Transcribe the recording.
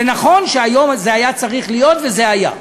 זה נכון שהיום זה היה צריך להיות, וזה היה.